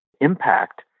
IMPACT